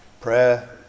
Prayer